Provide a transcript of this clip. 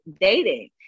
dating